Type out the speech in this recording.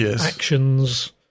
actions